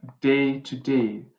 day-to-day